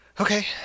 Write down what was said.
Okay